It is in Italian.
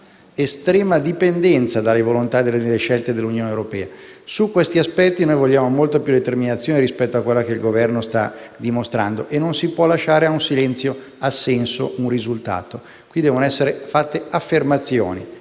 estrema dipendenza dalle volontà e dalle scelte dell'Unione europea. Su questi aspetti vogliamo molta più determinazione rispetto a quella che il Governo sta dimostrando e non si può lasciare un risultato al silenzio-assenso, devono esser fatte delle affermazioni.